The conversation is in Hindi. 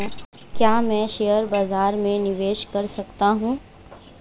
क्या मैं शेयर बाज़ार में निवेश कर सकता हूँ?